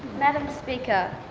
madam speaker,